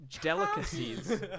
delicacies